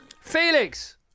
Felix